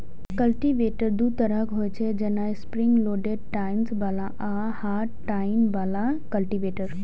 cultivator दू तरहक होइ छै, जेना स्प्रिंग लोडेड टाइन्स बला आ हार्ड टाइन बला कल्टीवेटर